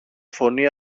φωνή